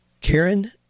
Karen